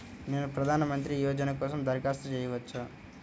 నేను ప్రధాన మంత్రి యోజన కోసం దరఖాస్తు చేయవచ్చా?